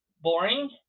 boring